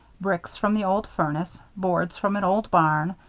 bricks from the old furnace, boards from an old barn,